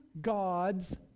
God's